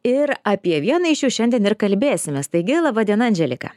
ir apie vieną iš jų šiandien ir kalbėsimės taigi laba diena andželika